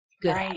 good